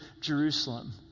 Jerusalem